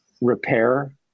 repair